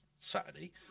Saturday